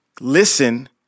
listen